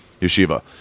yeshiva